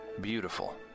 beautiful